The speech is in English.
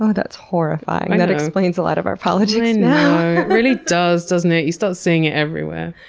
ah that's horrifying. that explains a lot of our politics now. really does, doesn't it? you start seeing it everywhere.